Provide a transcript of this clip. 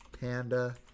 Panda